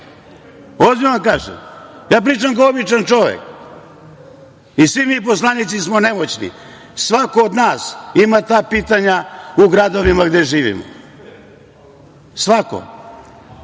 vam kažem. Ja pričam kao običan čovek i svi mi poslanici smo nemoćni. Svako od nas ima ta pitanja u gradovima gde živimo, da